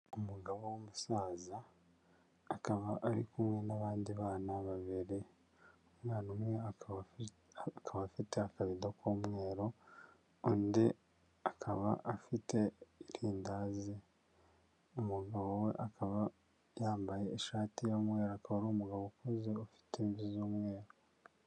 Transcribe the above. Umugabo w'umusaza akaba ari kumwe n'abandi bana babiri, umwana umwe akaba afite akarido k'umweru undi akaba afite irindazi, umugabo we akaba yambaye ishati y'umweru akaba ari umugabo ukuze ufite imvi z'umweru.